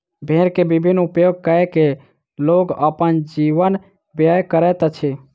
भेड़ के विभिन्न उपयोग कय के लोग अपन जीवन व्यय करैत अछि